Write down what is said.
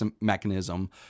mechanism